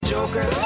Joker